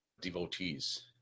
devotees